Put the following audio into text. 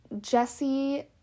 Jesse